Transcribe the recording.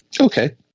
Okay